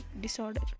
disorder